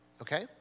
okay